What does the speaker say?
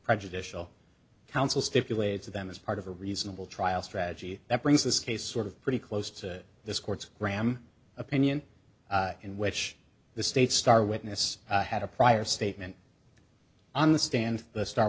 prejudicial counsel stipulate to them as part of a reasonable trial strategy that brings this case sort of pretty close to this court's graham opinion in which the state's star witness had a prior statement on the stand the star